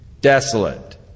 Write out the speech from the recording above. desolate